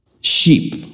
Sheep